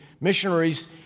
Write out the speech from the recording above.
missionaries